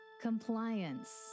Compliance